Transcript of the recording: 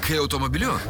kai automobiliu